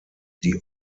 die